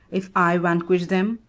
if i vanquish them,